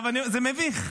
זה מביך.